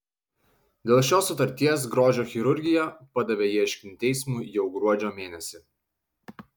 dėl šios sutarties grožio chirurgija padavė ieškinį teismui jau gruodžio mėnesį